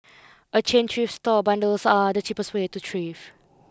a chain thrift store bundles are the cheapest way to thrift